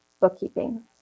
bookkeeping